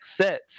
sets